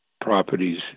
properties